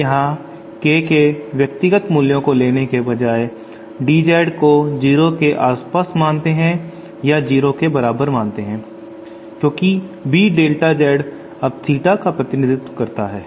अब यहां K के व्यक्तिगत मूल्यों को लेने के बजाय DZ को 0 के आसपास मानते हैं या 0 के बराबर मानते हैं क्योंकि B डेल्टा Z अब थीटा का प्रतिनिधित्व करता है